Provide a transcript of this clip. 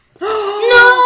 No